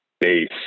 base